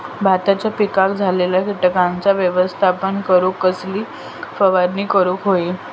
भाताच्या पिकांक झालेल्या किटकांचा व्यवस्थापन करूक कसली फवारणी करूक होई?